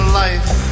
life